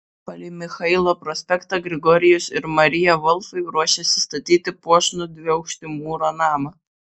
palei michailo prospektą grigorijus ir marija volfai ruošėsi statyti puošnų dviaukštį mūro namą